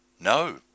No